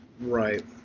Right